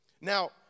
Now